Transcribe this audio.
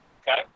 Okay